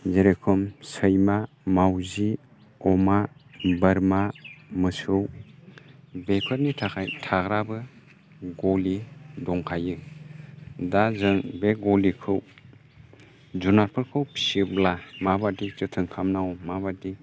जेरोखोम सैमा मावजि अमा बोरमा मोसौ बेफोरनि थाखाय थाग्राबो गलि दंखायो दा जों बे गलिखौ जुनादफोरखौ फिसियोब्ला माबायदि जोथोन खालामनांगौ माबायदि